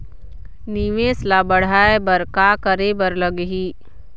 निवेश ला बड़हाए बर का करे बर लगही?